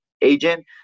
agent